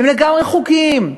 הם לגמרי חוקיים.